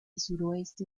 suroeste